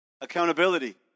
Accountability